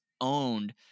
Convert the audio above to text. owned